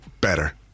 better